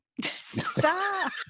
Stop